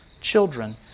children